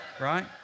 Right